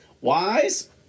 Wise